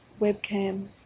webcam